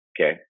okay